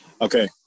Okay